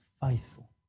faithful